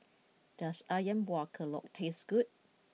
does Ayam Buah Keluak taste good